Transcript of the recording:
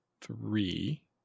three